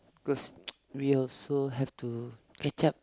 cause we also have to catch up